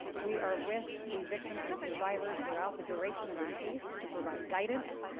we are with the victims and survivors throughout the duration of their case to provide guidance,